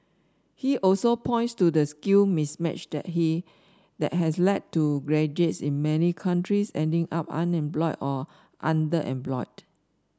he also points to the skill mismatch that he has led to graduates in many countries ending up unemployed or underemployed